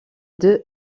deux